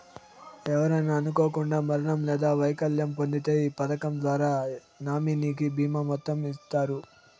ఎవరైనా అనుకోకండా మరణం లేదా వైకల్యం పొందింతే ఈ పదకం ద్వారా నామినీకి బీమా మొత్తం ఇస్తారు